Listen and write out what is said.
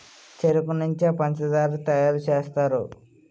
చెరుకు నుంచే పంచదార తయారు సేస్తారు